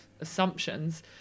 assumptions